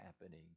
happening